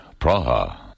Praha